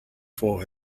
for